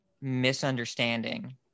misunderstanding